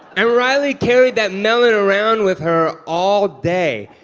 and riley carried that melon around with her all day,